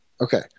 Okay